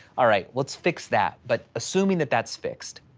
all right, let's fix that. but assuming that that's fixed,